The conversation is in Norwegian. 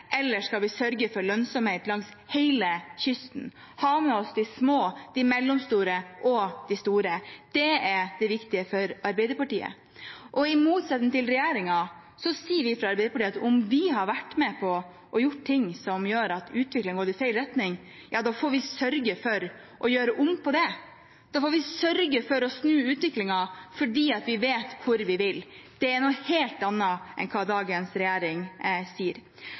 eller skal vi sørge for lønnsomhet langs hele kysten og ha med oss de små, de mellomstore og de store? Det er viktig for Arbeiderpartiet. I motsetning til regjeringen sier vi fra Arbeiderpartiet at hvis vi har vært med på å gjøre ting som gjør at utviklingen har gått i feil retning, ja, da får vi sørge for å gjøre om på det. Da får vi sørge for å snu utviklingen, fordi vi vet hvor vi vil. Det er noe helt annet enn hva dagens regjering sier.